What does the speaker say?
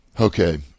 Okay